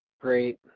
great